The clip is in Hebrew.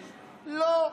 לא.